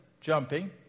jumping